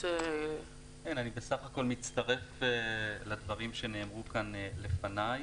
אני בסך הכול מצטרף לדברים שנאמרו כאן לפניי.